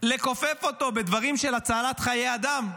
לכופף אותו בדברים של הצלת חיי אדם.